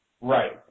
Right